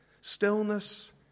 stillness